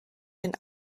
den